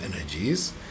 energies